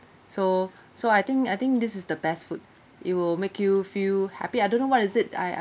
so so I think I think this is the best food it will make you feel happy I don't know what is it I I